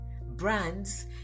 Brands